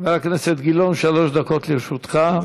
חבר הכנסת גילאון, שלוש דקות לרשותך.